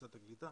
משרד הקליטה,